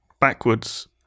backwards